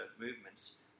movements